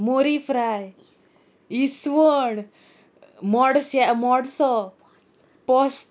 मोरी फ्राय इस्वण मोडस मोडसो पोस्त